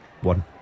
One